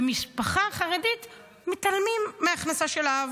במשפחה חרדית מתעלמים מההכנסה של האב